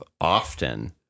often